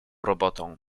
robotą